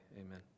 amen